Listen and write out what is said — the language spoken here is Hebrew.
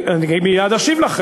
אני מייד אשיב לך.